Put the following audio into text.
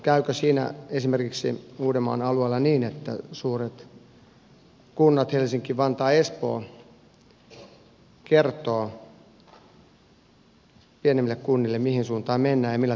käykö esimerkiksi uudenmaan alueella niin että suuret kunnat helsinki vantaa ja espoo kertovat pienemmille kunnille mihin suuntaan mennään ja millä tavalla palvelut tuotetaan